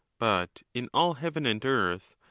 but in all heaven and earth,